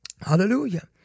Hallelujah